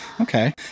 Okay